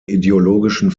ideologischen